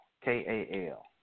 K-A-L